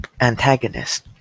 antagonist